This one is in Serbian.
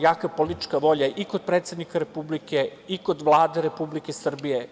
Jaka politička volja i kod predsednika Republike i kod Vlade Republike Srbije.